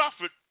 suffered